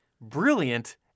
brilliant